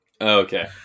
Okay